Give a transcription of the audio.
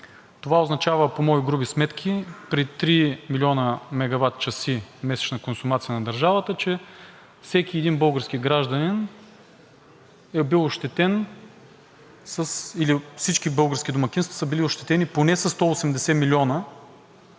Това означава по мои груби сметки, че при 3 млн. мегаватчаса месечна консумация на държавата всеки един български гражданин е бил ощетен или всички български домакинства са били ощетени поне със 180 милиона